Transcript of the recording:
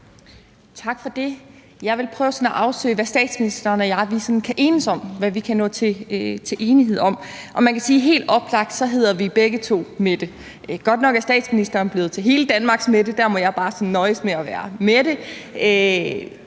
Tak for det. Jeg vil prøve at afsøge, hvad statsministeren og jeg sådan kan enes om, altså hvad vi kan nå til enighed om. Man kan sige, at helt oplagt hedder vi begge to Mette. Godt nok er statsministeren blevet til »Hele Danmarks Mette« ; der må jeg bare nøjes med at være Mette.